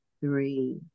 three